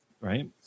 Right